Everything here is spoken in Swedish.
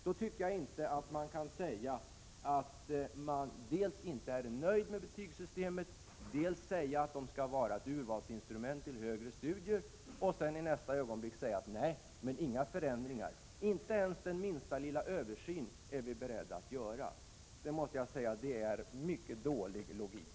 Man kan då inte säga dels att man inte är nöjd med betygssystemet, dels att det skall vara ett instrument för urval till högre studier, för att i nästa ögonblick säga att man inte är beredd att vidta någon förändring eller göra den minsta lilla översyn. Det är en mycket dålig logik.